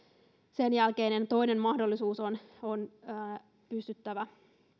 sen jälkeinen toinen mahdollisuus on pystyttävä